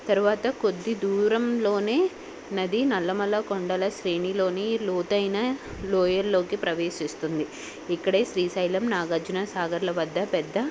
తర్వాత కొద్ది దూరంలోనే నది నల్లమల కొండల శ్రేణిలోని లోతైన లోయల్లోకి ప్రవేశిస్తుంది ఇక్కడే శ్రీశైలం నాగార్జున సాగర్ల వద్ద పెద్ద